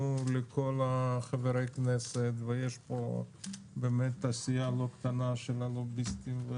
לכל חברי הכנסת ויש פה באמת עשייה לא קטנה של הלוביסטים,